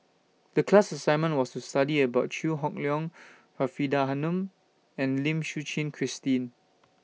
The class assignment was to study about Chew Hock Leong Faridah Hanum and Lim Suchen Christine